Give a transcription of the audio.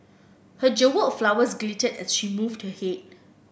her jewelled flowers glittered as she moved her head